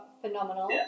phenomenal